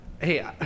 Hey